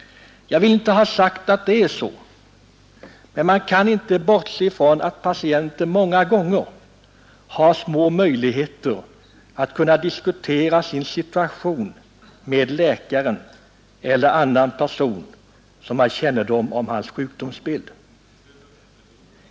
Jag vill inte säga att det är så, men man kan inte bortse från att patienten många gånger har små möjligheter att diskutera sin situation med läkaren eller annan person som har kännedom om hans sjukdomsbild.